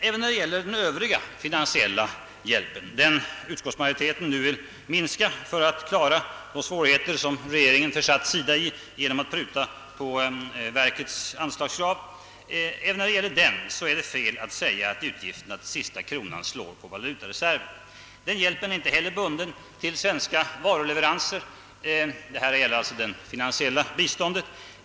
Även när det gäller den övriga finansiella hjälpen, som utskottsmajoriteten nu vill minska för att klara de svårigheter regeringen försatt SIDA i genom att pruta på verkets anslagskrav, är det fel att säga att utgifterna till sista kronan tär på valutareserven. Det finansiella biståndet är inte bundet till svenska varuleveranser.